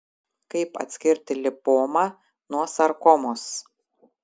kaip atskirti lipomą nuo sarkomos